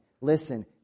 Listen